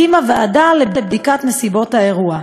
הקימה ועדה לבדיקת נסיבות האירוע.